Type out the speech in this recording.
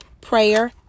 prayer